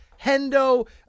Hendo